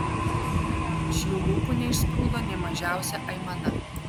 iš jų lūpų neišsprūdo nė mažiausia aimana